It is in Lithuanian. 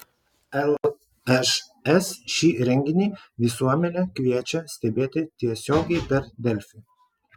lšs šį renginį visuomenę kviečia stebėti tiesiogiai per delfi